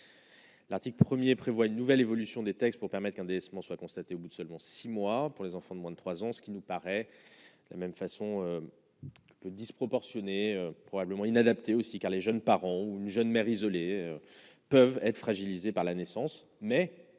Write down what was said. l'article 1er prévoit une nouvelle évolution des textes pour permettre un délaissement soit constaté au bout de seulement 6 mois pour les enfants de moins de 3 ans, ce qui nous paraît la même façon peu disproportionnée probablement inadaptées aussi, car les jeunes parents ou une jeune mère isolée peuvent être fragilisées par la naissance, mais